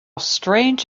strange